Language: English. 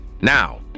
Now